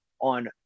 on